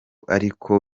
ariko